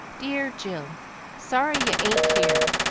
dear jill sorry you ain't here.